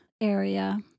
area